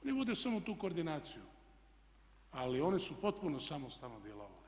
On je vodio samo tu koordinaciju ali oni su potpuno samostalno djelovali.